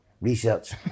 research